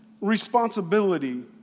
responsibility